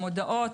המודעות.